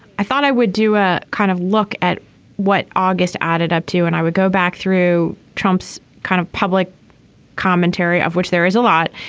i thought i would do a kind of look at what august added up to and i would go back through trump's kind of public commentary of which there is a lot.